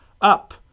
Up